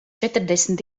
četrdesmit